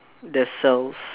there's cells